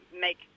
make